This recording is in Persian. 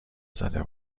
زده